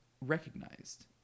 recognized